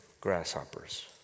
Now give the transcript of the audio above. grasshoppers